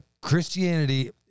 Christianity